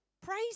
praise